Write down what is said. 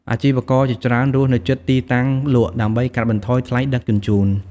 អាជីវករជាច្រើនរស់នៅជិតទីតាំងលក់ ដើម្បីកាត់បន្ថយថ្លៃដឹកជញ្ជូន។